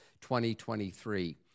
2023